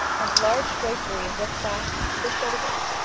and large draperies were clasped to the shoulders.